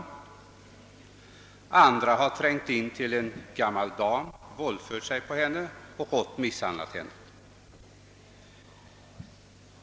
En annan våldsman har trängt in till en gammal dam, våldfört sig på henne och rått misshandlat henne.